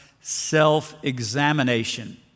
self-examination